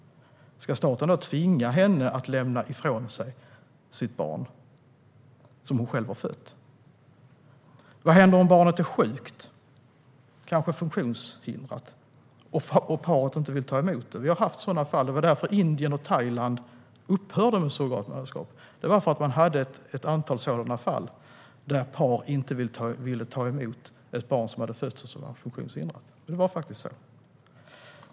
Ska staten då tvinga henne att lämna ifrån sig barnet som hon själv har fött? Vad händer om barnet är sjukt, kanske funktionshindrat, och paret inte vill ta emot det? Det har varit ett antal sådana fall i Indien och Thailand, där par inte velat ta emot ett barn som fötts med funktionshinder, och det var därför som man där upphörde med surrogatmoderskap.